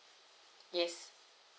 yes